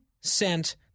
sent